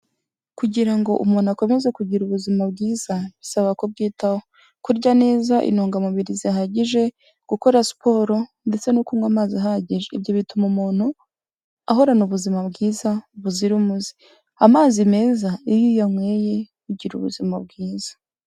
Kugira ngo umuntu akomeze kugira ubuzima bwiza, bisaba kubyitaho, kurya neza intungamubiri zihagije, gukora siporo ndetse no kunywa amazi ahagije. Ibyo bituma umuntu ahorana ubuzima bwiza buzira umuze. Amazi meza iyo uyanyweye ugira ubuzima bwiza.